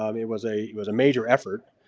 um it was a it was a major effort.